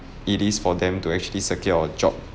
it is for them to actually secure a job